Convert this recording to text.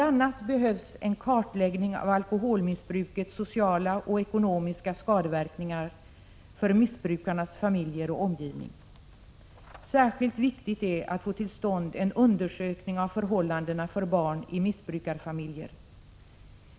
a. behövs en kartläggning av alkoholmissbrukets sociala och ekonomiska skadeverkningar för missbrukarnas familjer och omgivning. Särskilt viktigt är att få till stånd en undersökning av förhållandena för barn i missbrukarfamiljer.